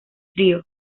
trío